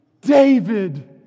David